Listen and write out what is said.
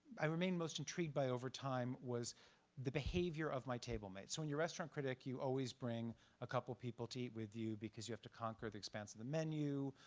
i remained most intrigued by over time was the behavior of my table mates. so when you're a restaurant critic, you always bring a couple people to eat with you because you have to conquer the expanse of the menu,